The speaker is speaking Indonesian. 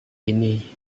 ini